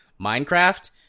Minecraft